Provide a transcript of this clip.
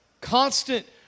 Constant